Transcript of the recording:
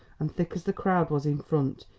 and thick as the crowd was in front,